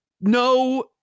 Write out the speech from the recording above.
No